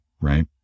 right